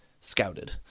scouted